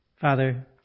Father